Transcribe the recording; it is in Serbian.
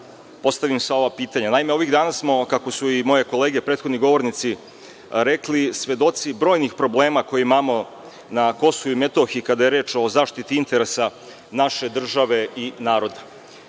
postavim sva ova pitanja. Naime, ovih dana smo, kako su moje kolege, prethodni govornici rekli, svedoci brojnih problema koje imamo na KiM kada je reč o zaštiti interesa naše države i naroda.